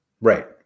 Right